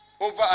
over